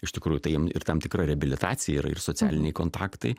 iš tikrųjų tai jiem ir tam tikra reabilitacija yra ir socialiniai kontaktai